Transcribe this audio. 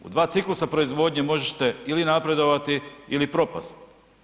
U dva ciklusa proizvodnje možete ili napredovati ili propasti.